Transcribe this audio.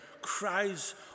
cries